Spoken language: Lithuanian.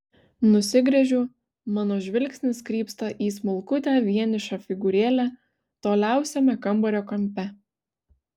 nusigręžiu mano žvilgsnis krypsta į smulkutę vienišą figūrėlę toliausiame kambario kampe